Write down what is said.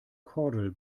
kordel